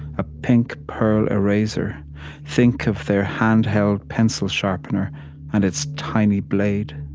a pink pearl eraser think of their handheld pencil sharpener and its tiny blade.